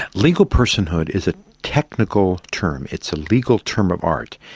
legal personhood is a technical term. it's a legal term of art.